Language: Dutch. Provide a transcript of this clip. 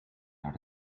naar